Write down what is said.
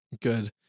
Good